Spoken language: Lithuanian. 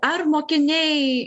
ar mokiniai